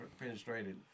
penetrated